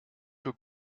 für